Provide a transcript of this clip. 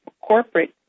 corporate